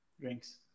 drinks